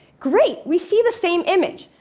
great, we see the same image.